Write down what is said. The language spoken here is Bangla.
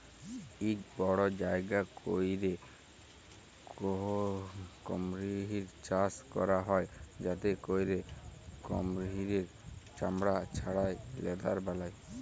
ইক বড় জায়গা ক্যইরে কুমহির চাষ ক্যরা হ্যয় যাতে ক্যইরে কুমহিরের চামড়া ছাড়াঁয় লেদার বালায়